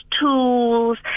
tools